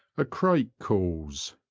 a crake calls,